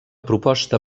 proposta